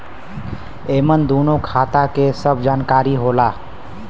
एमन दूनो खाता के सब जानकारी होला